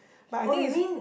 but I think it's